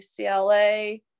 UCLA